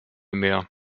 mehr